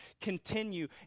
Continue